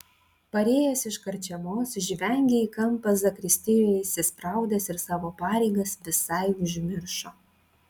parėjęs iš karčiamos žvengė į kampą zakristijoje įsispraudęs ir savo pareigas visai užmiršo